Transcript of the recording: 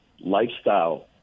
lifestyle